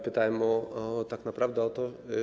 Pytałem tak naprawdę o to.